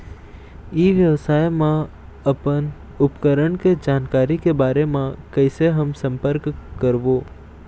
ई व्यवसाय मा अपन उपकरण के जानकारी के बारे मा कैसे हम संपर्क करवो?